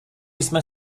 jsme